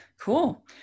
Cool